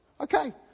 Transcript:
Okay